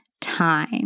time